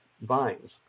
vines